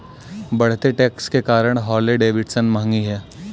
बढ़ते टैक्स के कारण हार्ले डेविडसन महंगी हैं